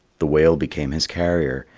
the whale became his carrier,